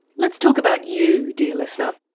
let's talk about you, dear listener.